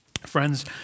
Friends